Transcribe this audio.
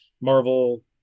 marvel